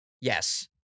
Yes